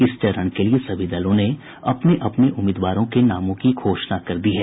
इस चरण के लिये सभी दलों ने अपने अपने उम्मीदवारों के नामों की घोषणा कर दी है